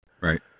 Right